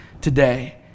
today